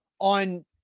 on